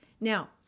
Now